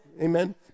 Amen